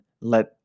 let